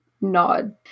nod